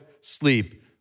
sleep